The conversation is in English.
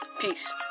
peace